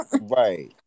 Right